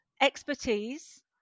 expertise